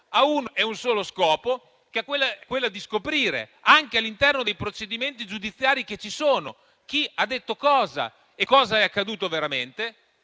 Ha uno e un solo scopo, quello di scoprire, anche all'interno dei procedimenti giudiziari che ci sono, chi ha detto cosa e cosa è accaduto veramente.